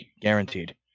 guaranteed